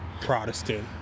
Protestant